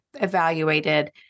evaluated